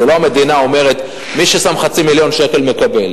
זה לא המדינה אומרת: מי ששם חצי מיליון שקל מקבל.